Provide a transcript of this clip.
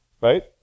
right